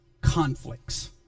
conflicts